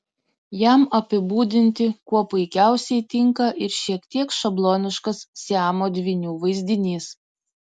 jam apibūdinti kuo puikiausiai tinka ir šiek tiek šabloniškas siamo dvynių vaizdinys